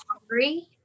hungry